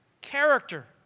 character